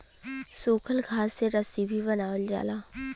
सूखल घास से रस्सी भी बनावल जाला